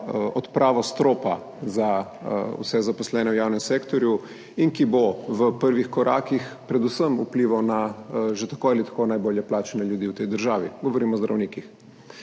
odpravo stropa za vse zaposlene v javnem sektorju in ki bo v prvih korakih predvsem vplival na že tako ali tako najbolje plačane ljudi v tej državi. Govorim o zdravnikih.